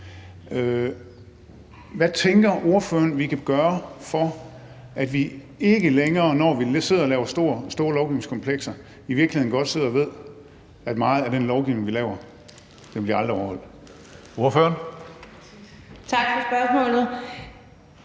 Hvad tænker ordføreren vi kan gøre, for at vi ikke længere, når vi sidder og laver store lovgivningskomplekser, i virkeligheden godt ved, at meget af den lovgivning, vi laver, aldrig bliver overholdt? Kl. 15:43 Tredje